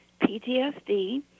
ptsd